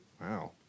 Wow